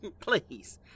Please